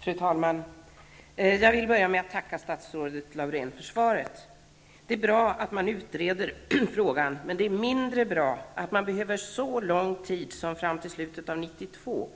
Fru talman! Jag vill börja med att tacka statsrådet Laurén för svaret. Det är bra att man utreder frågan, men det är mindre bra att man behöver så lång tid som fram till slutet av 1992,